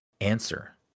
answer